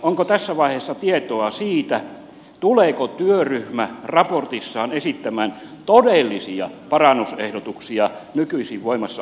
onko tässä vaiheessa tietoa siitä tuleeko työryhmä raportissaan esittämään todellisia parannusehdotuksia nykyisin voimassa olevaan järjestelmään